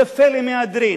יפה למהדרין.